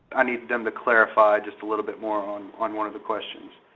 i need them to clarify just a little bit more on one one of the questions.